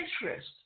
interest